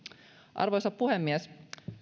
arvoisa puhemies